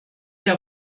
der